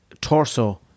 torso